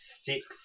six